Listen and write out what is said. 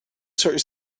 sort